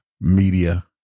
Media